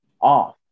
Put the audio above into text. off